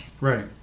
Right